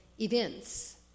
Events